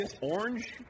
orange